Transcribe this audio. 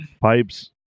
Pipes